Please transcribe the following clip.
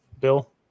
bill